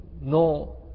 No